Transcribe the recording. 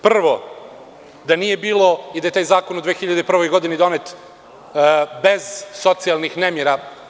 Prvo, da nije bilo i da je taj zakon u 2001. godini donet bez socijalnih nemira.